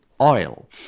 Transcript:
oil